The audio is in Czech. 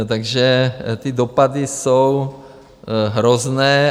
Takže ty dopady jsou hrozné.